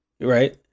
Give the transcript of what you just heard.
Right